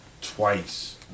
twice